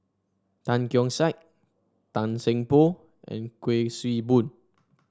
Tan Keong Saik Tan Seng Poh and Kuik Swee Boon